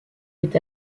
est